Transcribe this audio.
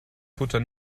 futter